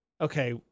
okay